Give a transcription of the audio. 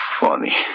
funny